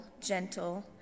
gentle